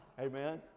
Amen